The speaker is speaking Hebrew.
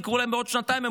תקראו להם בעוד שנתיים,